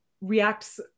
reacts